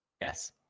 Yes